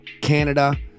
Canada